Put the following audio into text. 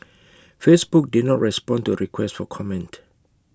Facebook did not respond to A request for comment